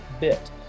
bit